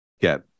get